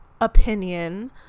opinion